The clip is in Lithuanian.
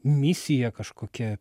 misija kažkokia